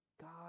God